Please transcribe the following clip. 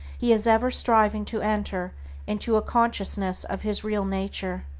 he is ever striving to enter into a consciousness of his real nature.